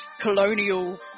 colonial